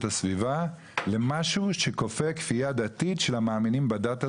הסביבה למשהו שכופה כפייה דתית של המאמינים בדת הזאת,